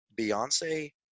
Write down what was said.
Beyonce